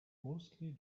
mostly